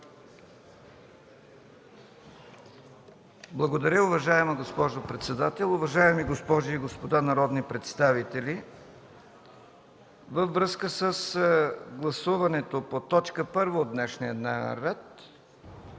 Благодаря, уважаема госпожо председател. Уважаеми госпожи и господа народни представители, във връзка с гласуването по точка първа от днешния дневен ред